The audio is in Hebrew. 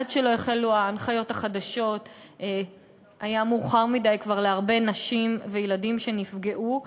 כשהחלו ההנחיות החדשות היה מאוחר מדי כבר להרבה נשים וילדים שנפגעו,